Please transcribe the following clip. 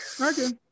Okay